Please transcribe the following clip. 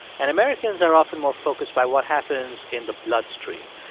and americans are often more focused by what happens in the bloodstream.